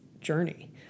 journey